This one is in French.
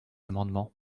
amendement